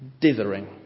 dithering